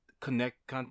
connect